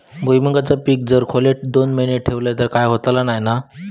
भुईमूगाचा पीक जर मी खोलेत दोन महिने ठेवलंय तर काय होतला नाय ना?